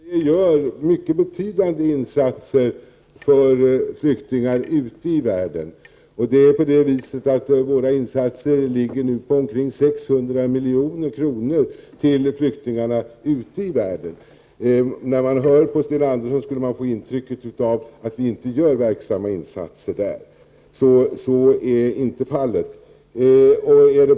Herr talman! Sverige gör mycket betydande insatser för flyktingar ute i världen. De insatserna ligger nu på omkring 600 milj.kr. När man hör Sten Andersson i Malmö får man intrycket att vi inte gör några verksamma insatser, men så är inte fallet.